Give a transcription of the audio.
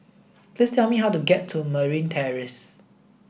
please tell me how to get to Marine Terrace